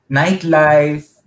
nightlife